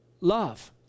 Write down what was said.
love